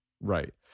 Right